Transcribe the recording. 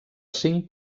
cinc